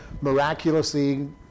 miraculously